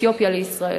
מאתיופיה לישראל.